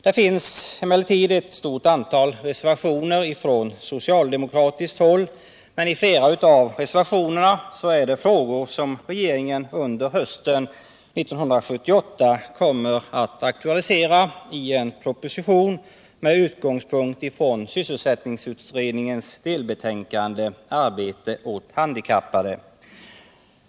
Det finns emellertid ett relativt stort antal reservationer från socialdemokratiskt håll, men flera av dem gäller frågor som regeringen under hösten 1978 kommer att aktualisera i en proposition med utgångspunkt i sysselsättningsutredningens delbetänkande Arbete åt handikappade.